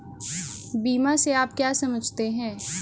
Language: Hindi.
बीमा से आप क्या समझते हैं?